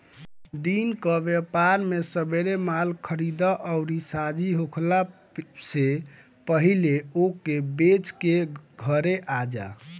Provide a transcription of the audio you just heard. दिन कअ व्यापार में सबेरे माल खरीदअ अउरी सांझी होखला से पहिले ओके बेच के घरे आजा